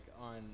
on